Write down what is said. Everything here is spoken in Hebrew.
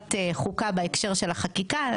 בוועדת חוקה בהקשר של החקיקה.